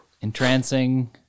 Entrancing